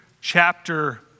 chapter